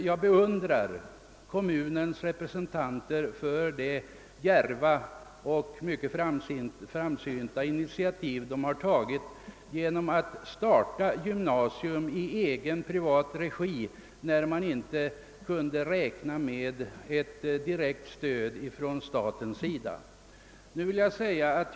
Jag beundrar kommunens representanter för det djärva och mycket framsynta initiativ de tagit genom att starta gymnasium i egen regi, då de inte kunde räkna med ett direkt statligt stöd.